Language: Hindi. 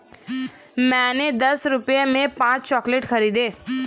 मैंने दस रुपए में पांच चॉकलेट खरीदी